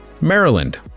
Maryland